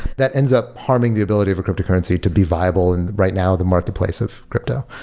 that ends up harming the ability of a crypto currency to be viable in, right now, the marketplace of crypto.